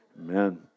amen